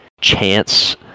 chance